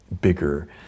bigger